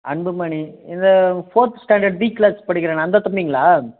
அன்புமணி இந்த fourth standard B class படிக்கிறானே அந்த தம்பிங்களா